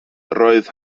roedd